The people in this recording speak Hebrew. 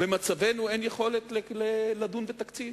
במצבנו אין יכולת לדון בתקציב